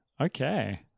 Okay